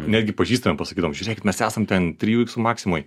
netgi pažįstamiem pasakydavom žiūrėkit mes esam ten trijų iksų maksimoj